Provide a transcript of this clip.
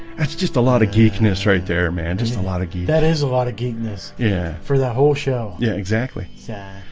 that's just a lot of geekiness right there man. just a lot of you that is a lot of geekness yeah for the whole show yeah, exactly yeah.